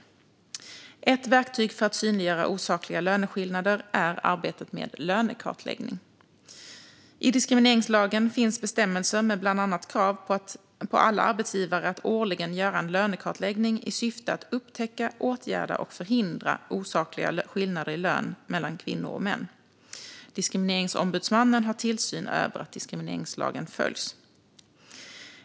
Ett verktyg för att synliggöra osakliga löneskillnader är arbetet med lönekartläggning. I diskrimineringslagen finns bestämmelser med bland annat krav på alla arbetsgivare att årligen göra en lönekartläggning i syfte att upptäcka, åtgärda och förhindra osakliga skillnader i lön mellan kvinnor och män. Diskrimineringsombudsmannen har tillsyn över att diskrimineringslagen följs.